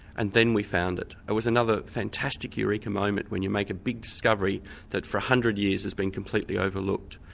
and then we found it. it was another fantastic eureka moment when you make a big discovery that for one hundred years has been completely overlooked.